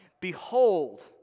behold